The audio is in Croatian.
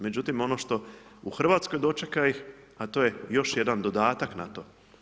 Međutim ono što u Hrvatskoj dočeka ih, a to je još jedan dodatak na to.